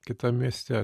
kitam mieste